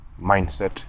mindset